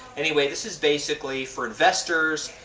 anyway, this is basically for investors.